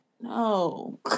No